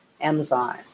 Amazon